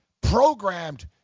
programmed